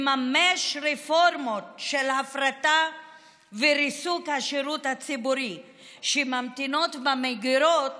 לממש "רפורמות" של הפרטה וריסוק השירות הציבורי שממתינות במגירות